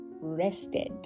rested